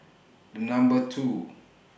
Number two